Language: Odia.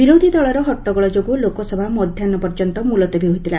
ବିରୋଧି ଦଳର ହଟ୍ଟଗୋଳଯୋଗୁଁ ଲୋକସଭା ମଧ୍ୟାହୁ ପର୍ଯ୍ୟନ୍ତ ମୁଲତବୀ ହୋଇଥିଲା